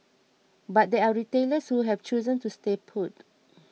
but there are retailers who have chosen to stay put